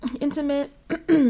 intimate